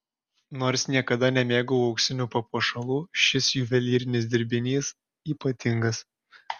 nors niekada nemėgau auksinių papuošalų šis juvelyrinis dirbinys ypatingas